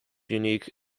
unique